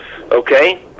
Okay